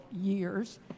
years